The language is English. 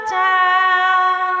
down